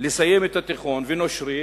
לסיים את התיכון ונושרים,